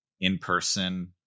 in-person